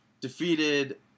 defeated